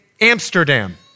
Amsterdam